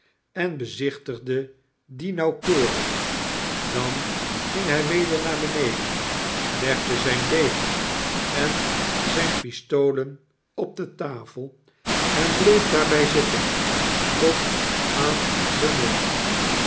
en bezichtigde die nauwkeurig dan ging hij weder naar beneden legde zijn degen en zijne pistolen op de tafel en bleef daarbij zitten tot aan den morgen